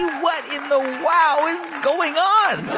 what in the wow is going on?